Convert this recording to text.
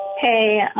Hey